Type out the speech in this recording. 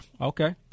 Okay